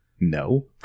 No